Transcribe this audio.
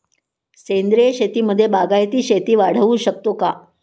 सेंद्रिय शेतीमध्ये बागायती शेती वाढवू शकतो का?